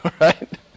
Right